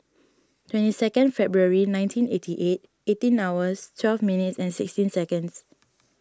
twenty second February nineteen eighty eight eighteen hours twelve minutes and sixteen seconds